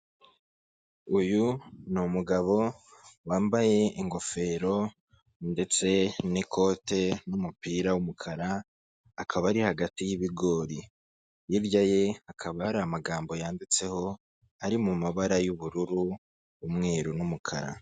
Uyu ni umugabo wambaye ingofero ndetse n'ikote n'umupira w'umukara, akaba ari hagati y'ibigori. Hirya ye hakaba hari amagambo yanditseho ari mu mabara y'ubururu, umweru n'umukara.